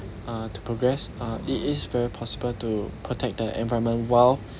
uh to progress uh it is very possible to protect the environment while